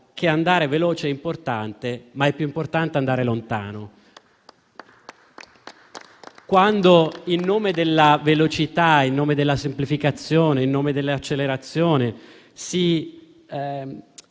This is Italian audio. che andare veloce è importante, ma è più importante andare lontano. Quando in nome della velocità, della semplificazione e dell'accelerazione si